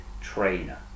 trainer